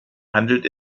handelt